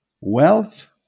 wealth